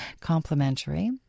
complimentary